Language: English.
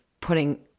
putting